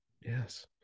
Yes